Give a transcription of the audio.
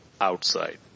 outside